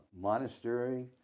monastery